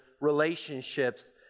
relationships